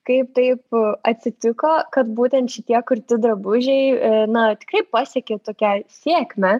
kaip taip atsitiko kad būtent šitie kurti drabužiai na tikrai pasiekė tokią sėkmę